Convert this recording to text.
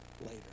later